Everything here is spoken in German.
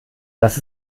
was